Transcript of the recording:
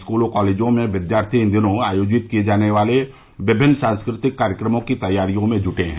स्कूलों कॉलेजों में विद्यार्थी इस दिन आयोजित किये जाने वाले विभिन्न सांस्कृतिक कार्यक्रमों की तैयारियां में जुटे हैं